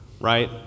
right